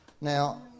Now